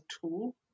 tool